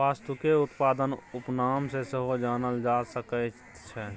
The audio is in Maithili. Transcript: वस्तुकेँ उत्पादक उपनाम सँ सेहो जानल जा सकैत छै